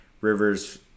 Rivers